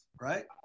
Right